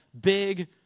big